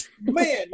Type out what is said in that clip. man